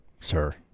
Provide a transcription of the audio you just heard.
sir